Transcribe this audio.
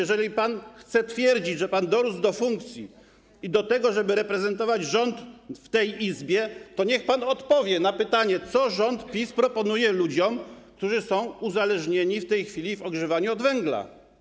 Jeżeli pan chce twierdzić, że pan dorósł do funkcji i do tego, żeby reprezentować rząd w tej Izbie, to niech pan odpowie na pytanie, co rząd PiS proponuje ludziom, którzy są w tej chwili uzależnieni od ogrzewania węglem.